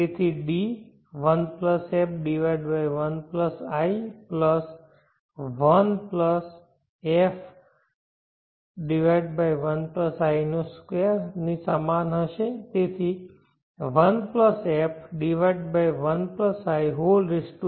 તેથી તે D1 f1i 1 f1i2 ની સમાન હશે તેથી 1 f1in